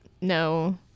No